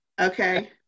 Okay